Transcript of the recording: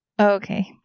Okay